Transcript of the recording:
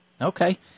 Okay